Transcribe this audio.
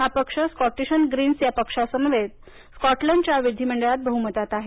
हा पक्ष Scottish Greens या पक्षासमवेत स्कॉटलंडच्या विधिमंडळात बहुमतात आहे